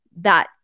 that-